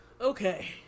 Okay